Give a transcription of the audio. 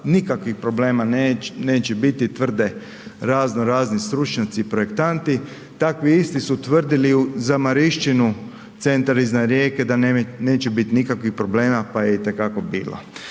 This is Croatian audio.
nikakvih problema neće biti, tvrde razno razni stručnjaci i projektanti. Takvi istu su tvrdili za Marišćinu, centar iznad Rijeke, da neće biti nikakvih problema pa je itekako bilo.